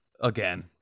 again